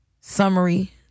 summary